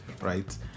right